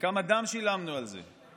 כמה דם שילמנו על זה.